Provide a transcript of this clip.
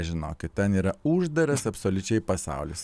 žinokit ten yra uždaras absoliučiai pasaulis